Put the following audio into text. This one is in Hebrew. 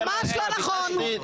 ממש לא נכון.